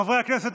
חברי הכנסת,